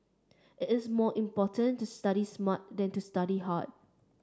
it is more important to study smart than to study hard